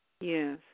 Yes